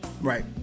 Right